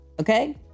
Okay